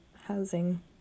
housing